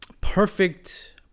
Perfect